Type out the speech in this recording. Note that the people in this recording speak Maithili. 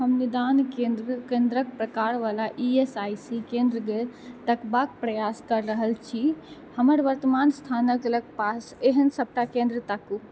हम निदान केन्द्रके प्रकारवला ई एस आई सी केन्द्रके तकबाके प्रयास कऽ रहल छी हमर वर्तमान स्थानके लगपास एहन सबटा केन्द्र ताकू